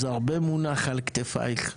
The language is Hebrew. אז הרבה מונח על כתפייך,